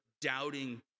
doubting